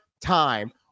time